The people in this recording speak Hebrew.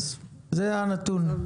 אז זה הנתון,